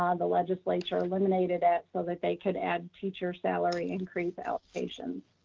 um the legislature eliminated it so that they could add teacher salary increase outpatients.